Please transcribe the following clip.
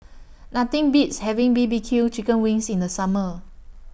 Nothing Beats having B B Q Chicken Wings in The Summer